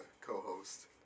co-host